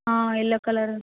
yellow colour